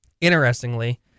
Interestingly